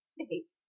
State